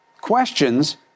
Questions